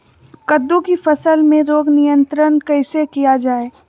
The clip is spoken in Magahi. कददु की फसल में रोग नियंत्रण कैसे किया जाए?